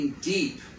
deep